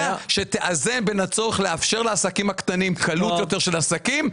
שתאזן בין הצורך לאפשר לעסקים הקטנים יותר קלות של עסקים,